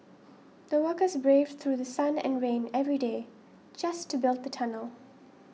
the workers braved through The Sun and rain every day just to build the tunnel